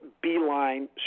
beeline